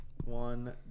One